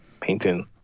painting